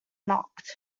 knocked